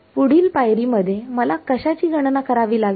पुढच्या पायरी मध्ये कशाची गणना करावी लागेल